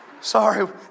Sorry